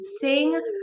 sing